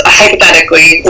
hypothetically